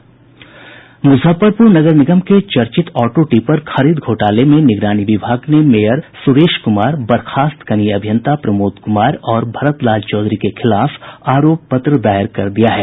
मुजफ्फरपुर नगर निगम के चर्चित ऑटो टिपर खरीद घोटाले में निगरानी विभाग ने मेयर सुरेश कुमार बर्खास्त कनीय अभियंता प्रमोद कुमार और भरत लाल चौधरी के खिलाफ आरोप पत्र दायर कर दिया है